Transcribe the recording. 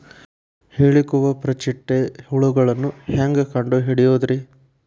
ಹೇಳಿಕೋವಪ್ರ ಚಿಟ್ಟೆ ಹುಳುಗಳನ್ನು ಹೆಂಗ್ ಕಂಡು ಹಿಡಿಯುದುರಿ?